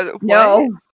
No